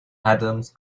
adams